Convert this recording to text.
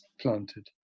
planted